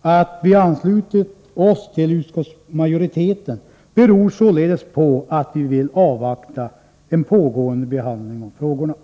Att vi anslutit oss till utskottsmajoriteten beror således på att vi vill avvakta en pågående behandling av frågorna.